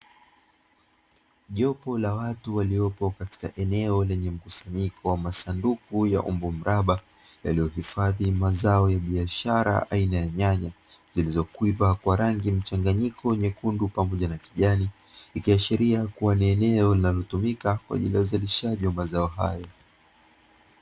Jopo la watu walio katika eneo lenye nyanya liloiva kwaajili ya uzalishaji wa mazao hayo